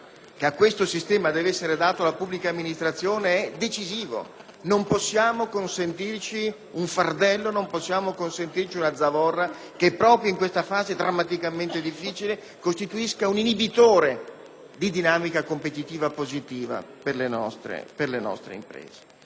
amministrazione nei confronti di questo sistema è decisivo. Non possiamo consentirci un fardello, non possiamo consentirci una zavorra che proprio in questa fase drammaticamente difficile costituisca un inibitore della dinamica competitiva positiva delle nostre imprese.